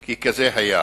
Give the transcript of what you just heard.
כי כזה היה,